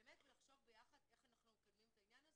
באמת לחשוב ביחד איך אנחנו מקדמים את העניין הזה.